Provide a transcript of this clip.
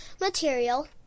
material